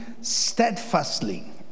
steadfastly